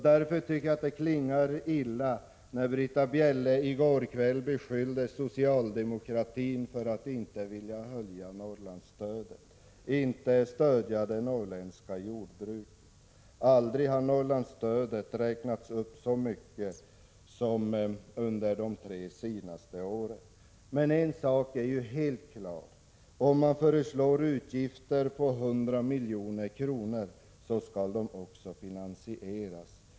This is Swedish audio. Därför tycker jag att det klingade illa när Britta Bjelle i går kväll beskyllde socialdemokratin för att inte vilja höja Norrlandsstödet, att inte vilja stödja det norrländska jordbruket. Aldrig har Norrlandsstödet räknats upp så mycket som under de tre senaste åren. Men en sak är helt klar: Om man föreslår utgifter på 100 milj.kr. så skall de också finansieras.